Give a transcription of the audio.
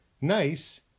Nice